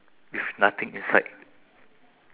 yes then